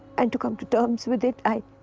and to come to terms with it i.